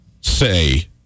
say